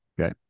Okay